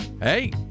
hey